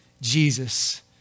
Jesus